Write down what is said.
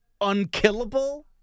unkillable